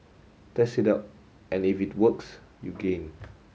test it out and if it works you gain